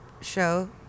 show